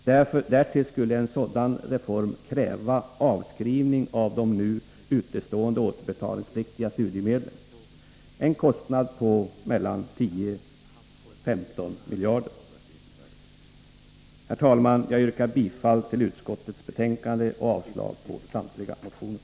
Därtill skulle en sådan reform kräva avskrivning av de nu utestående återbetalningspliktiga studiemedlen — en kostnad på mellan 10 och 15 miljarder. Herr talman! Jag yrkar bifall till utskottets hemställan och avslag på samtliga motioner.